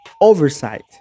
oversight